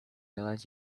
realize